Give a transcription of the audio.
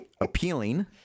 Appealing